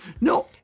No